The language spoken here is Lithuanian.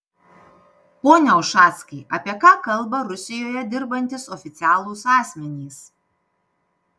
pone ušackai apie ką kalba rusijoje dirbantys oficialūs asmenys